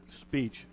speech